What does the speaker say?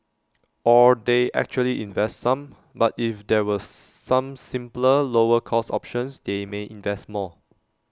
or they actually invest some but if there were some simpler lower cost options they may invest more